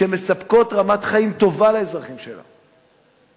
שמספקות רמת חיים טובה לאזרחים שלהן,